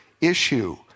issue